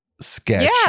sketch